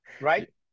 Right